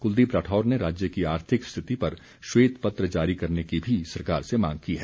कुलदीप राठौर ने राज्य की आर्थिक स्थिति पर श्वेत पत्र जारी करने की भी सरकार से मांग की है